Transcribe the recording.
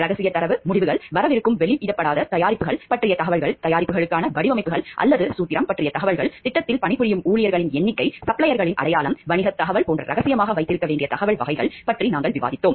ரகசியத் தரவு முடிவுகள் வரவிருக்கும் வெளியிடப்படாத தயாரிப்புகள் பற்றிய தகவல்கள் தயாரிப்புகளுக்கான வடிவமைப்புகள் அல்லது சூத்திரம் பற்றிய தகவல்கள் திட்டத்தில் பணிபுரியும் ஊழியர்களின் எண்ணிக்கை சப்ளையர்களின் அடையாளம் வணிகத் தகவல் போன்ற ரகசியமாக வைத்திருக்க வேண்டிய தகவல் வகைகள் பற்றி நாங்கள் விவாதித்தோம்